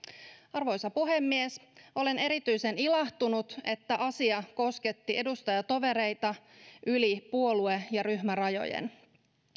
arvoisa puhemies olen erityisen ilahtunut että asia kosketti edustajatovereita yli puolue ja ryhmärajojen